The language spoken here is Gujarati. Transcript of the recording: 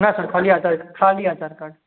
ના સર ખાલી આધાર કાર્ડ ખાલી આધાર કાર્ડ